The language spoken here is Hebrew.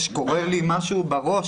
קורה לי משהו בראש,